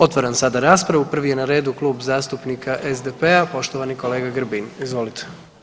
Otvaram sada raspravu prvi je na redu Klub zastupnika SDP-a, poštovani kolega Grbin, izvolite.